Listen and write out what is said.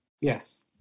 Yes